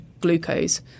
glucose